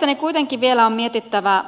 mielestäni kuitenkin vielä on mietittävä